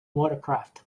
watercraft